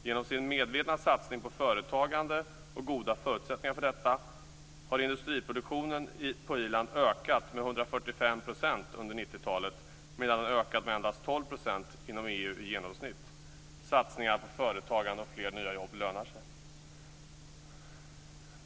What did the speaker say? Genom en medveten satsning på företagande och goda förutsättningar för detta har industriproduktionen på Irland ökat med 145 % under 90-talet, medan den ökat med endast 12 % inom EU i genomsnitt. Satsningar på företagande och fler nya jobb lönar sig.